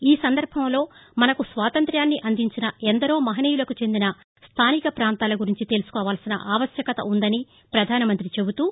ఈ సందర్భంలో మనకు స్వాతంత్ర్యాన్ని అందించిన ఎందరో మహానీయులకు చెందిన స్థానిక ప్రాంతాల గురించి తెలుసుకోవలసిన ఆవశ్యకత ఉందని ప్రపధాన మంతి చెబుతూ